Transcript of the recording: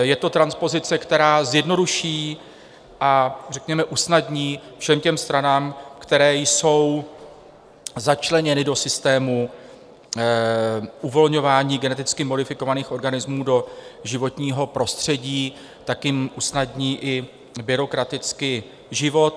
Je to transpozice, která zjednoduší a usnadní všem stranám, které jsou začleněny do systému uvolňování geneticky modifikovaných organismů do životního prostředí, jim usnadní i byrokraticky život.